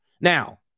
Now